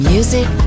Music